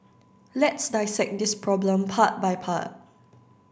let's dissect this problem part by part